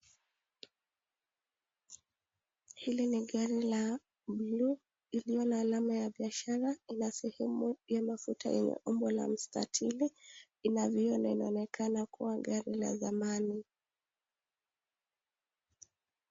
Hili ni gari la buluu iliyo na alama ya biashara ina sehemu ya mafuta yenye umbo ya mstatili ina vioo na inaonekana kuwa gari la zamani.